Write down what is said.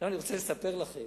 אני רוצה לספר לכם,